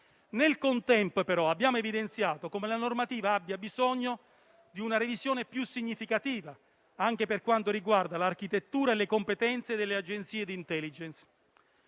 Nel contempo, però, abbiamo evidenziato come la normativa abbia bisogno di una revisione più significativa anche per quanto riguarda l'architettura e le competenze delle agenzie di *intelligence*.